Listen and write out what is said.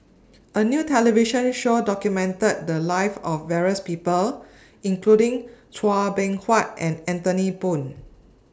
A New television Show documented The Lives of various People including Chua Beng Huat and Anthony Poon